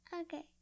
Okay